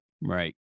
right